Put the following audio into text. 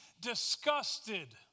disgusted